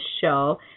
show